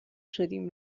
شدیم